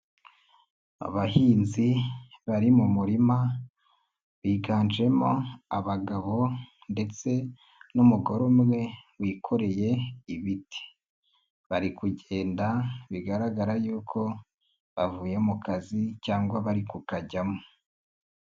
Abahinzi bari mu murima biganjemo abagabo ndetse n'umugore umwe wikoreye ibiti, bari kugenda bigaragara yuko bavuye mu kazi cyangwa bari kukajyamo.